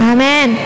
Amen